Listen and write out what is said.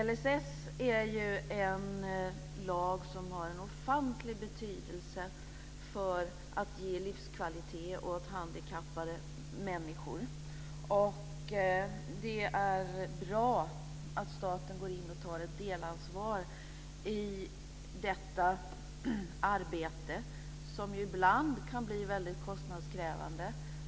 LSS är en lag som har en ofantlig betydelse för att ge livskvalitet åt handikappade människor. Det är bra att staten går in och tar ett delansvar i detta arbete, som ibland kan bli väldigt kostnadskrävande.